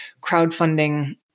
crowdfunding